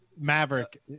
Maverick